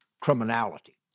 criminality